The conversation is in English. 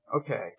Okay